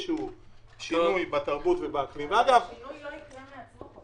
שינוי בתרבות ובאקלים --- שינוי לא יקרה מעצמו.